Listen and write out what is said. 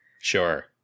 Sure